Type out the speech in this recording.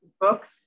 books